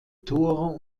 tore